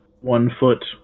one-foot